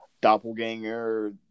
doppelganger